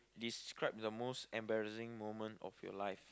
describe the most embarrassing moment of your life